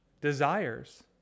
desires